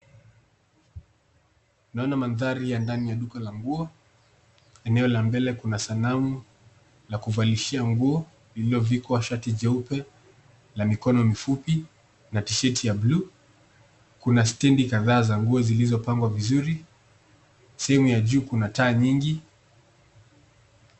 Naona mandhari ya ndani ya duka la nguo, eneo la mbele kuna sanamu lakuvalishia nguo lililovishwa shati jeupe la mikono mifupi na tisheti ya bluu. Kuna stendi ladhaa za nguo zilizopangwa vizuri na sehemu ya juu kuna taa nyingi.